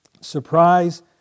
surprise